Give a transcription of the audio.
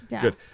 Good